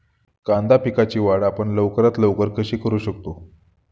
कांदा पिकाची वाढ आपण लवकरात लवकर कशी करू शकतो?